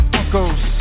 echoes